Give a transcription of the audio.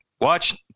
watch